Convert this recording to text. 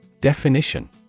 Definition